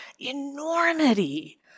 enormity